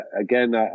again